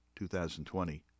2020